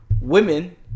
women